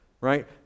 right